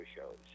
shows